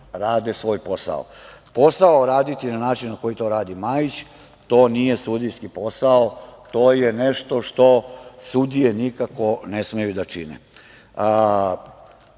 rade svoj. Posao raditi na način na koji to radi Majić, to nije sudijski posao, to je nešto što sudije nikako ne smeju da